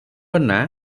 ନାମ